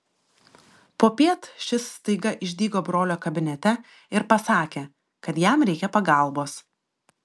popiet šis staiga išdygo brolio kabinete ir pasakė kad jam reikia pagalbos